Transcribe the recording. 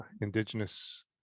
indigenous